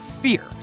fear